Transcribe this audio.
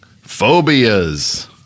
phobias